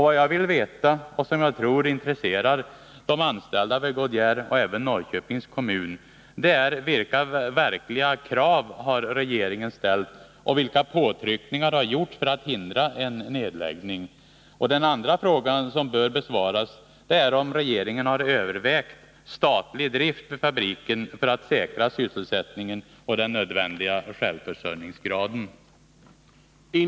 Vad jag vill veta och som jag tror intresserar de anställda vid Goodyear, och även Norrköpings kommun, är: Vilka verkliga krav har regeringen ställt och vilka påtryckningar har gjorts för att hindra en nedläggning? Den andra fråga som bör besvaras är om regeringen har övervägt statlig drift vid fabriken för att säkra sysselsättningen och den nödvändiga självförsörjningsgraden.